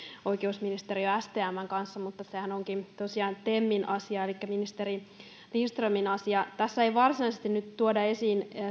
oikeusministeriön ja stmn kanssa mutta sehän onkin tosiaan temin asia elikkä ministeri lindströmin asia tässä ei varsinaisesti nyt tuoda esiin